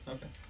Okay